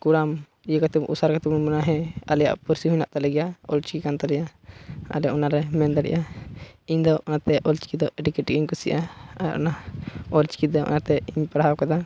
ᱠᱚᱲᱟᱢ ᱚᱥᱟᱨ ᱠᱟᱛᱮᱫ ᱵᱚᱱ ᱢᱮᱱᱟ ᱟᱞᱮᱭᱟᱜ ᱯᱟᱹᱨᱥᱤ ᱢᱮᱱᱟᱜ ᱛᱟᱦᱮᱸᱭᱟ ᱚᱞᱪᱤᱠᱤ ᱠᱟᱱ ᱛᱟᱞᱮᱭᱟ ᱟᱫᱚ ᱚᱱᱟ ᱞᱮ ᱢᱮᱱ ᱫᱟᱲᱮᱭᱟᱜᱼᱟ ᱤᱧᱫᱚ ᱚᱱᱟᱛᱮ ᱚᱞᱪᱤᱠᱤ ᱫᱚ ᱟᱹᱰᱤ ᱠᱟᱹᱴᱤᱡ ᱤᱧ ᱠᱩᱥᱤᱭᱟᱜᱼᱟ ᱟᱨ ᱚᱱᱟ ᱚᱞᱪᱤᱠᱤ ᱫᱚ ᱚᱱᱟᱛᱮ ᱯᱟᱲᱦᱟᱣ ᱠᱮᱫᱟ